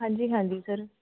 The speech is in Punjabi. ਹਾਂਜੀ ਹਾਂਜੀ ਸਰ